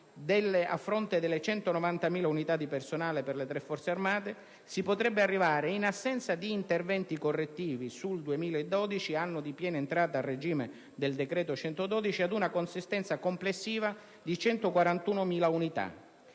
a fronte delle 190.000 unità di personale per le tre Forze armate si potrebbe arrivare, in assenza di interventi correttivi sul 2012 (anno di entrata a pieno regime del decreto-legge n. 112), ad una consistenza complessiva di 141.000 unità.